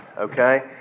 Okay